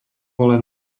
len